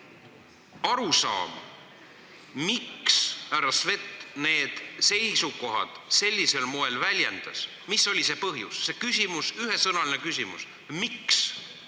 arusaama, miks härra Svet neid seisukohti sellisel moel väljendas, mis oli see põhjus – see küsimus, ühesõnaline küsimus on